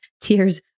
tears